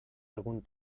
algun